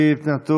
יינטעו.